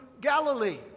Galilee